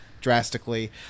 Drastically